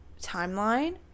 timeline